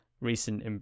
recent